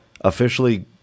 officially